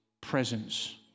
presence